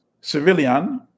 civilian